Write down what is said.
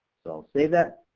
so i'll save that.